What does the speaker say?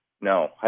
No